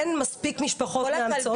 אין מספיק משפחות מאמצות.